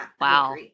Wow